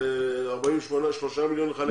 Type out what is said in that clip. זה 43 מיליון לחלק לשש?